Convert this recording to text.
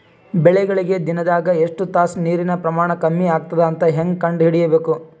ಬೆಳಿಗಳಿಗೆ ದಿನದಾಗ ಎಷ್ಟು ತಾಸ ನೀರಿನ ಪ್ರಮಾಣ ಕಮ್ಮಿ ಆಗತದ ಅಂತ ಹೇಂಗ ಕಂಡ ಹಿಡಿಯಬೇಕು?